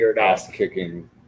ass-kicking